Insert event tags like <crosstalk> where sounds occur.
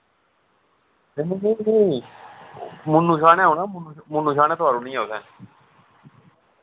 <unintelligible> मुन्नू शाह् नै औना मुन्नू शाह् नै तोआरी ओड़नी नी ऐ उत्थै